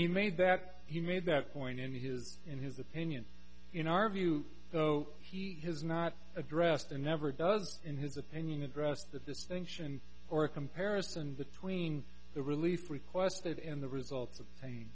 any made that he made that point in his in his opinion in our view so he has not addressed or never does in his opinion addressed the distinction or a comparison between the relief requested in the results of pain